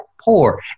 poor